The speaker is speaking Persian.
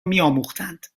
میآموختند